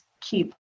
Keep